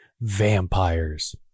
vampires